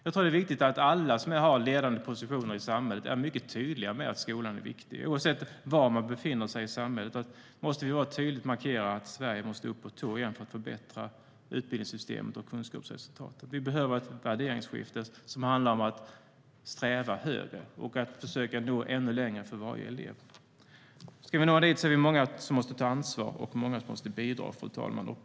Det är viktigt att alla som har ledande positioner i samhället är mycket tydliga med att skolan är viktig. Oavsett var vi befinner oss i samhället måste vi tydligt markera att Sverige måste upp på tå igen för att förbättra utbildningssystemet och kunskapsresultaten. Vi behöver ett värderingsskifte som handlar om att sträva högre och att försöka nå ännu längre för varje elev. Ska vi nå dit är vi många som måste ta ansvar och bidra, fru talman.